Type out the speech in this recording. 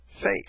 faith